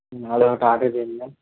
అదొకటి ఆర్డర్ చేయండి మ్యామ్